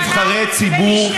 במקרה של נבחרי ציבור,